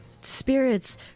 spirits